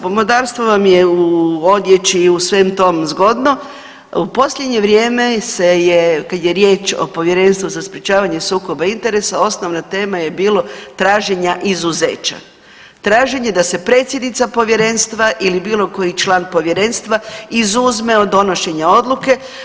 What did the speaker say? Pomodarstvo vam je u odjeći u svem tom zgodno, u posljednje vrijeme se je kad je riječ o Povjerenstvu za sprečavanje o sukobu interesa osnovna tema je bilo tražnja izuzeća, traženje da se predsjednica povjerenstva ili bilo koji član povjerenstva izuzme od donošenja odluke.